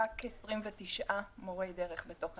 רק כ-29 מורי דרך בתוך התוכנית הזאת.